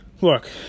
look